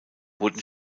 wurden